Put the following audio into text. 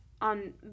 on